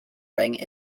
ring